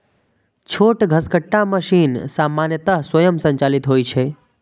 छोट घसकट्टा मशीन सामान्यतः स्वयं संचालित होइ छै